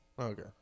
Okay